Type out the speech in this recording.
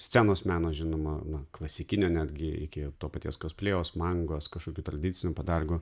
scenos meno žinoma nuo klasikinio netgi iki to paties kosplėjaus mangos kažkokių tradicinių padargų